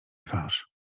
twarz